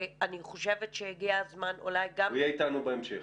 ואני חושבת שאולי הגיע הזמן גם --- הוא יהיה איתנו בהמשך,